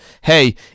Hey